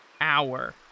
hour